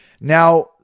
Now